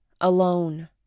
alone